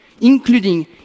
including